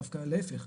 דווקא להיפך,